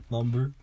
Number